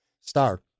Star